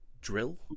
drill